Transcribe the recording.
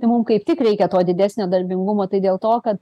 tai mum kaip tik reikia to didesnio darbingumo tai dėl to kad